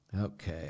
Okay